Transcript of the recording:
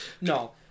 No